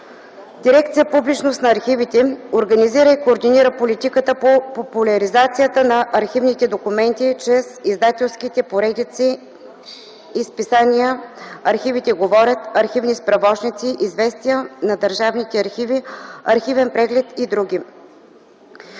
Дирекция „Публичност на архивите” организира и координира политиката по популяризацията на архивните документи чрез издателските поредици и списания „Архивите говорят”, „Архивни справочници”, „Известия на държавните архиви”, „Архивен преглед” и други.